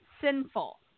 sinful